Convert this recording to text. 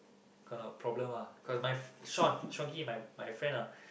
gonna problem ah cause my fr~ Shawn Shawn he my my friend ah